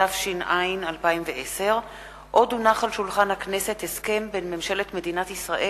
התש"ע 2010. הסכם בין ממשלת מדינת ישראל